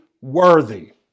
worthy